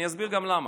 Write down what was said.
אני אסביר גם למה.